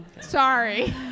Sorry